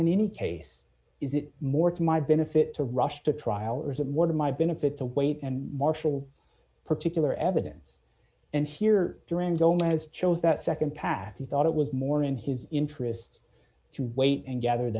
in any case is it more to my benefit to rush to trial or is it one of my benefit to wait and marshal particular evidence and here during gomez chose that nd path he thought it was more in his interests to wait and gather